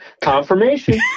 Confirmation